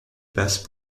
passe